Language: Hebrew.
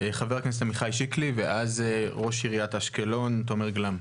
חה"כ עמיחי שיקלי ואז ראש עריית אשקלון תומר גלאם.